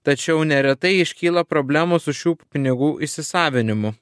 tačiau neretai iškyla problemų su šių pinigų įsisavinimu